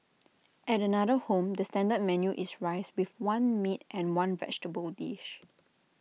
at another home the standard menu is rice with one meat and one vegetable dish